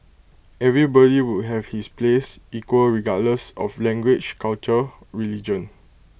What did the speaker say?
everybody would have his place equal regardless of language culture religion